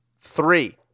three